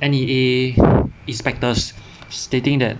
N_E_A inspectors stating that